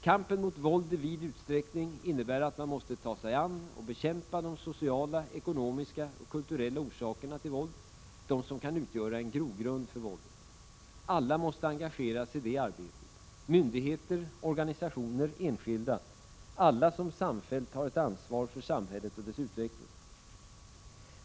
Kampen mot våld i vid utsträckning innebär att man måste ta sig an och bekämpa de sociala, ekonomiska och kulturella orsakerna till våld, det som kan utgöra en grogrund för våldet. Alla måste engageras i detta arbete: myndigheter, organisationer, enskilda, alla som samfällt har ett ansvar för samhället och dess utveckling.